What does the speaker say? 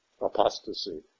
apostasy